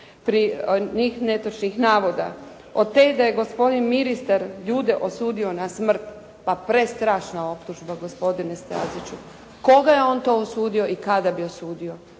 niz netočnih navoda. Od te da je gospodin ministar ljude osudio na smrt, pa prestrašna optužba gospodine Staziću. Koga je on to osudio i kada bi osudio?